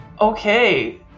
Okay